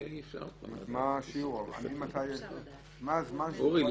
מה הזמן --- אורי,